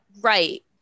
right